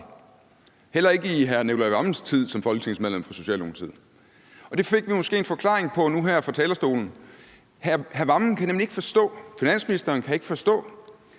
heller ikke i hr. Nicolai Wammens tid som folketingsmedlem for Socialdemokratiet. Det fik vi måske en forklaring på nu her fra talerstolen. Hr. Nicolai Wammen, finansministeren, kan nemlig ikke forstå,